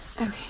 Okay